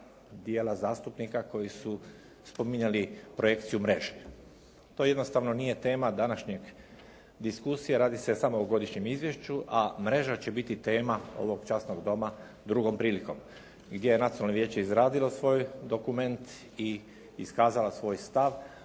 dijela zastupnika koji su spominjali projekciju mreže. To jednostavno nije tema današnje diskusije, radi se samo o godišnjem izvješću a mreža će biti tema ovog časnog doma drugom prilikom gdje je Nacionalno vijeće izradilo svoj dokument i iskazalo svoj stav.